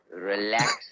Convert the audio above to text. Relax